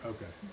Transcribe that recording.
Okay